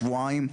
שבועיים.